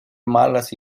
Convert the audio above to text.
malas